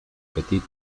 petit